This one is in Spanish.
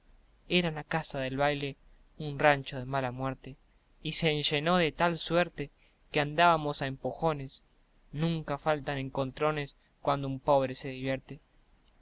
era la casa del baile un rancho de mala muerte y se enllenó de tal suerte que andábamos a empujones nunca faltan encontrones cuando un pobre se divierte